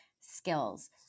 Skills